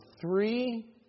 three